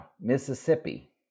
Mississippi